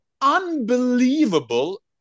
unbelievable